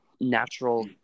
natural